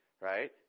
Right